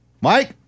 Mike